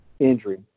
Injury